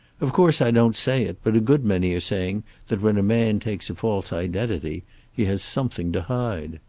of course i don't say it, but a good many are saying that when a man takes a false identity he has something to hide.